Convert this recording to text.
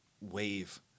wave